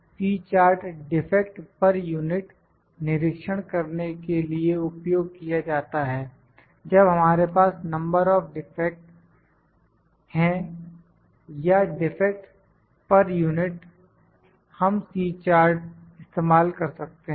C chart defect per unit निरीक्षण करने के लिए उपयोग किया जाता है जब हमारे पास नंबर ऑफ डिफेक्ट्स है या डिफेक्ट पर यूनिट हम C चार्ट इस्तेमाल कर सकते हैं